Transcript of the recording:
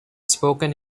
spoken